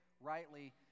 rightly